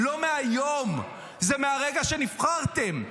לא מהיום, זה מהרגע שנבחרתם.